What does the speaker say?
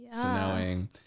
snowing